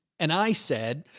and i said,